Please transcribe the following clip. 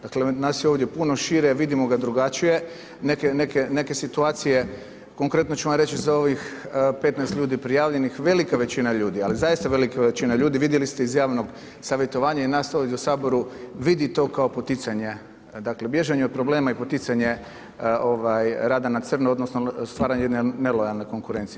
Dakle, nas je ovdje puno šire, vidimo ga drugačije, neke situacije konkretno ću vam reći za ovim 15 ljudi prijavljenih, velika većina ljudi, ali zaista velika većina ljudi, vidjeli ste iz javnog savjetovanja i nas ovdje u Saboru, vidi to kao poticanje dakle, bježanje od problema i poticanje rada na crno odnosno stvaranje jedne nelojalne konkurencije.